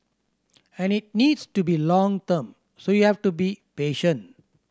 and it needs to be long term so you have to be patient